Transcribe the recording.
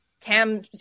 Tam